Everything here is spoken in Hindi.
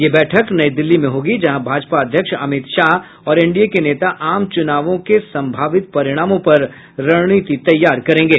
यह बैठक नई दिल्ली में होगी जहां भाजपा अध्यक्ष अमित शाह और एनडीए के नेता आम चुनावों के संभावित परिणामों पर रणनीति तैयार करेंगे